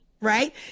right